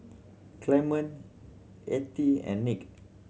Clement Ethie and Nick